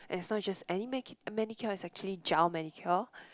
and is not just any man~ manicure is actually gel manicure